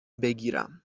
بگیرم